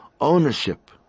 ownership